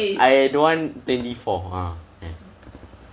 I don't want twenty four ah kan